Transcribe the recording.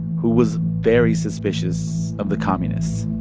who was very suspicious of the communists